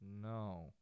No